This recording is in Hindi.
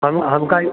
हम हमें ये